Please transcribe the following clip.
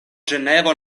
ĝenevo